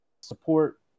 support